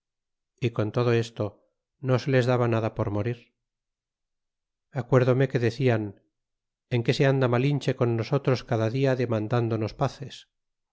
y con todo esto no se los daba nada por abrir acuerdome que decían z en qué se anda malinche con nosotros cada dia demandándonos paces